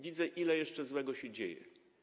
Widzę, ile jeszcze złego się dzieje.